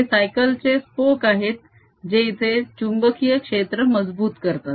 ते सायकल चे स्पोक आहेत जे इथे चुंबकीय क्षेत्र मजबूत करतात